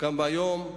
וגם היום,